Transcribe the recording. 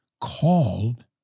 called